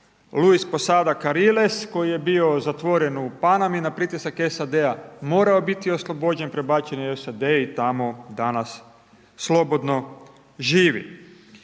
Luis Posada Carriles koji je bio zatvoren u Panami, na pritisak SAD-a morao je biti oslobođen, prebačen je u SAD i tamo danas slobodno živi.